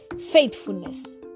Faithfulness